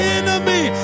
enemy